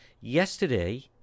yesterday